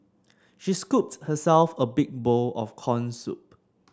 she scooped herself a big bowl of corn soup